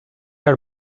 are